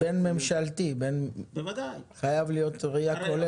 בין-ממשלתי, חייבת להיות ראייה כוללת.